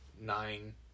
nine